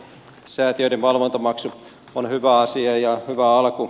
säätiöiden valvontamaksu on hyvä asia ja hyvä alku